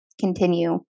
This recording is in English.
continue